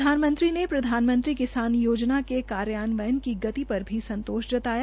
प्रधानमंत्री ने प्रधानमंत्री किसान योजना के कार्यान्वयन की गति पर भी संतोष जताया